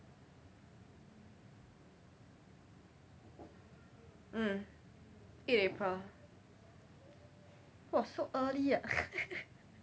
mm eight april !wah! so early ah